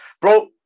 bro